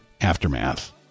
Aftermath